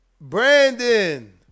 Brandon